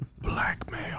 Blackmail